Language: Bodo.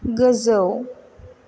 गोजौ